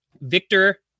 Victor